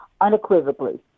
unequivocally